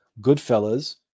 Goodfellas